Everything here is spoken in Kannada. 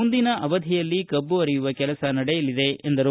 ಮುಂದಿನ ಅವಧಿಯಲ್ಲಿ ಕಬ್ಬು ಅರೆಯುವ ಕೆಲಸ ನಡೆಯಲಿದೆ ಎಂದರು